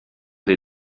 dei